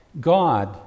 God